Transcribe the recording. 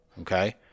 Okay